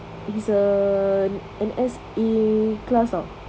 he's a an S A class [tau]